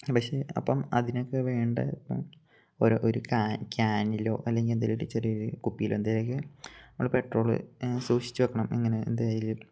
പക്ഷേ അപ്പം അതിനൊക്കെ വേണ്ടത് ഇപ്പം ഓരോ ഒരു ക്യാനിലോ അല്ലെങ്കിൽ എന്തെങ്കിലും ഒരു ചെറിയ ഒരു കുപ്പിയിലോ എന്തെങ്കിലുമൊക്കെ നമ്മൾ പെട്രോള് സൂക്ഷിച്ചു വയ്ക്കണം എങ്ങനെ എന്തായാലും